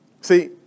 See